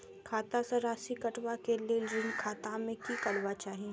खाता स राशि कटवा कै लेल ऋण खाता में की करवा चाही?